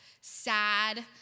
sad